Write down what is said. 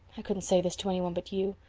i couldn't say this to any one but you.